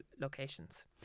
locations